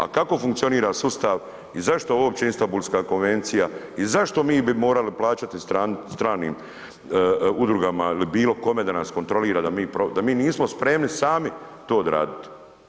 A kako funkcionira sustav i zašto uopće Istambulska konvencija i zašto bi mi morali plaćati stranim udrugama ili bilo kome da nas kontrolira da mi nismo spremni sami to odraditi?